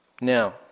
Now